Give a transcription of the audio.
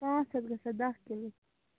پانٛژھ ہَتھ گژھان دہ کِلو